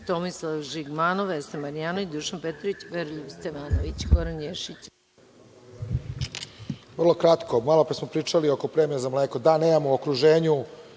Tomislav Žigmanov, Vesna Marjanović, Dušan Petrović i Veroljub Stevanović. **Goran Ješić** Vrlo kratko. Malopre smo pričali oko premije za mleko, da nemamo u okruženju